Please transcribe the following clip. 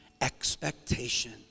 expectation